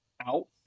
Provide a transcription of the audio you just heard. out